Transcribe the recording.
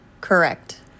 Correct